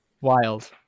Wild